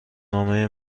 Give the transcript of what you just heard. نامه